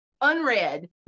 unread